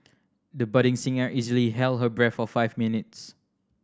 the budding singer easily held her breath for five minutes